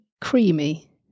creamy